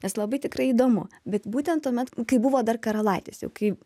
nes labai tikrai įdomu bet būten tuomet kai buvo dar karalaitis jau kai